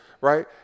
right